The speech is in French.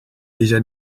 déjà